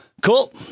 Cool